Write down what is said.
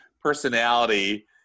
personality